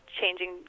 changing